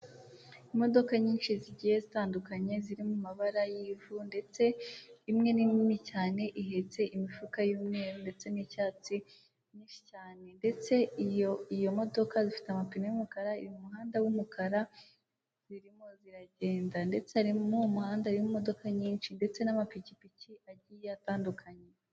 Imodoko nyinshi zigiye zitandukanye ziri mu mabara y'ivu ndetse imwe ni nini cyane ihetse imifuka y'umweru ndetse n'icyatsi myinshi cyane ndetse iyo modoka zifite amapine y'umukara iri mu muhanda w'umukara zirimo ziragenda ndetse mw'uwo muhanda harimo imodoka nyinshi ndetse n'amapikipiki agiye atandukanye.